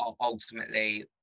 ultimately